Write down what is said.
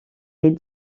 est